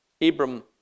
Abram